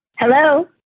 Hello